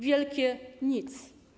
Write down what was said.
Wielkie nic.